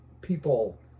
people